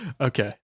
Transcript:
Okay